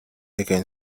again